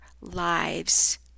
lives